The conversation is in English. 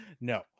No